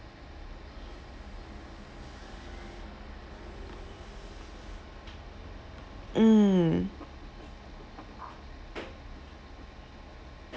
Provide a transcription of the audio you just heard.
mm